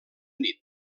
nit